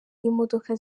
y’imodoka